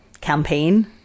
campaign